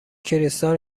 کریستال